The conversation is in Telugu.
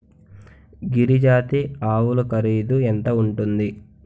గిరి జాతి ఆవులు ఖరీదు ఎంత ఉంటుంది?